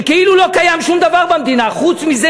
כאילו לא קיים שום דבר במדינה חוץ מזה,